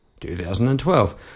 2012